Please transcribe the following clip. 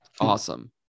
Awesome